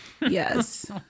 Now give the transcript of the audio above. Yes